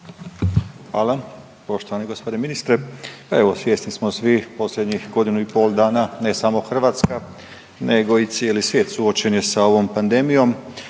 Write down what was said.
Hvala. Poštovani gospodine ministre pa evo svjesni smo svi posljednjih godinu i pol dana ne samo Hrvatska, nego i cijeli svijet suočen je sa ovom pandemijom.